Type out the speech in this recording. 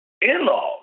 in-laws